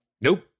Nope